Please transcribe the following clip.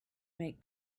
make